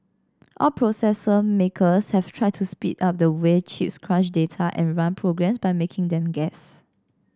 all processor makers have tried to speed up the way chips crunch data and run programs by making them guess